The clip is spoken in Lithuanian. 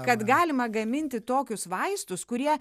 kad galima gaminti tokius vaistus kurie